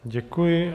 Děkuji.